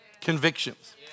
convictions